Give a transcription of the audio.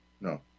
No